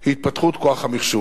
היא התפתחות כוח המחשוב.